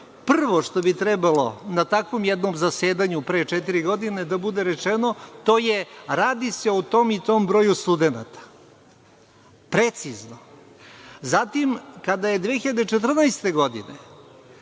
prvo što bi trebalo na takvom jednom zasedanju pre četiri godine da bude rečeno, to je – radi se o tom i tom broju studenata, precizno. Zatim, kada je 2014. godine